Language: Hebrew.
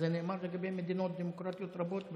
זה נאמר לגבי מדינות דמוקרטיות רבות בעולם.